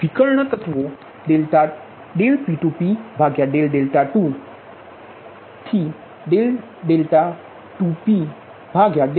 તેથી વિકર્ણ તત્વો P22p P23p